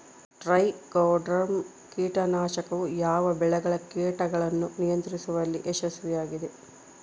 Trichoderma ಕೇಟನಾಶಕವು ಯಾವ ಬೆಳೆಗಳ ಕೇಟಗಳನ್ನು ನಿಯಂತ್ರಿಸುವಲ್ಲಿ ಯಶಸ್ವಿಯಾಗಿದೆ?